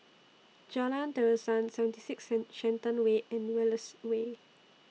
Jalan Terusan seventy six Shenton Way and Wallace Way